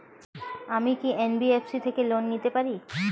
আমি কি এন.বি.এফ.সি থেকে লোন নিতে পারি?